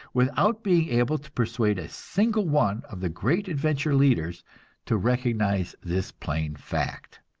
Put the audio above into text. without being able to persuade a single one of the great adventure leaders to recognize this plain fact.